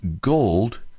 gold